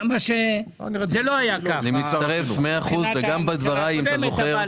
אם אתה זוכר,